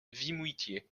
vimoutiers